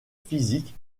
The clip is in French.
physique